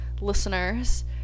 listeners